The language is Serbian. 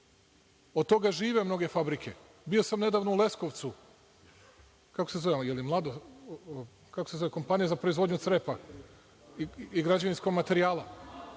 Od toga žive mnoge fabrike. Bio sam nedavno u Leskovcu. Kako se zove kompanija za proizvodnju crepa i građevinskog materijala?